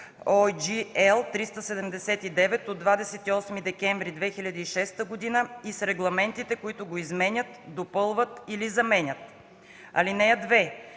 L 379 от 28 декември 2006 г.) и с регламентите, които го изменят, допълват или заменят. (2)